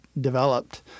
developed